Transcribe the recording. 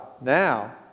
Now